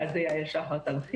ועל זה יעל שחר תרחיב,